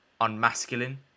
unmasculine